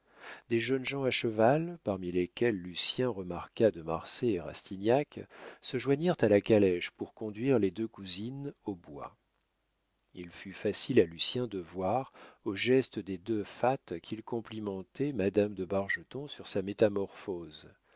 des jeunes gens à cheval parmi lesquels lucien remarqua de marsay et rastignac se joignirent à la calèche pour conduire les deux cousines au bois il fut facile à lucien de voir au geste des deux fats qu'ils complimentaient madame de bargeton sur sa métamorphose